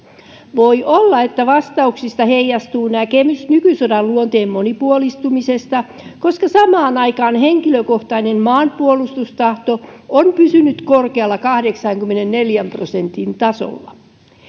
voi olla että vastauksista heijastuu näkemys nykysodan luonteen monipuolistumisesta koska samaan aikaan henkilökohtainen maanpuolustustahto on pysynyt korkealla kahdeksankymmenenneljän prosentin tasolla